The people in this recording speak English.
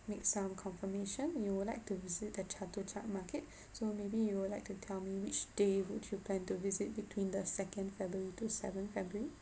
make some confirmation you would like to visit the chatuchak market so maybe you would like to tell me which day would you plan to visit between the second february to seven february